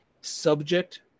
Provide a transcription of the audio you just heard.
subject